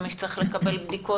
ומי שצריך לקבל בדיקות.